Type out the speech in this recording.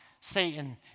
Satan